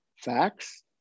facts